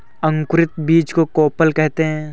अंकुरित बीज को कोपल कहते हैं